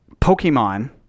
Pokemon